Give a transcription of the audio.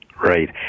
Right